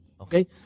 okay